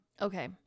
Okay